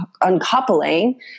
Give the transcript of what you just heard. uncoupling